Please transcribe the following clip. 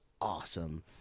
awesome